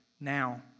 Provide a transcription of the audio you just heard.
now